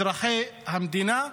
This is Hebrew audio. אזרחי המדינה.